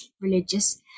religious